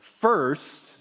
first